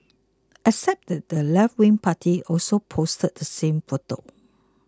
except that the leftwing party also posted the same photo